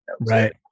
right